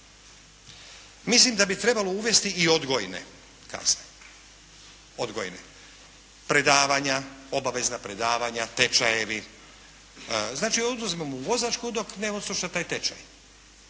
Mislim da bi trebalo uvesti i odgojne kazne, predavanja, obavezna predavanja, tečajevi. Znači, oduzmemo mu vozačku dok ne odsluša taj tečaj.